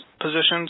positions